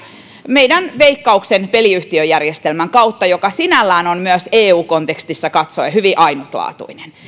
meidän veikkauksen peliyhtiöjärjestelmän kautta joka myös on sinällään eu kontekstissa katsoen hyvin ainutlaatuinen